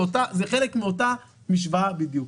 זה חלק מאותה משוואה בדיוק.